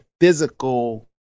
physical